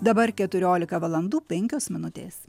dabar keturiolika valandų penkios minutės